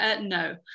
no